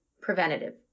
preventative